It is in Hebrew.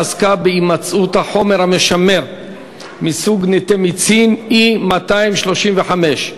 הימצאות החומר המשמר מסוג נטמיצין,E235 ,